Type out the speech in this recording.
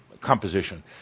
composition